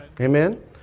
Amen